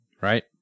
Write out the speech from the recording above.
right